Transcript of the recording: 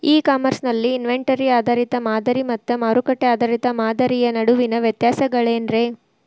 E commerce ನಲ್ಲಿ inventory ಆಧಾರಿತ ಮಾದರಿ ಮತ್ತ ಮಾರುಕಟ್ಟೆ ಆಧಾರಿತ ಮಾದರಿಯ ನಡುವಿನ ವ್ಯತ್ಯಾಸಗಳೇನ ರೇ?